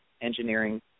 engineering